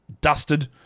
dusted